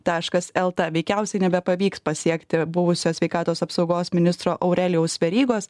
taškas lt veikiausiai nebepavyks pasiekti buvusio sveikatos apsaugos ministro aurelijaus verygos